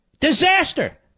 Disaster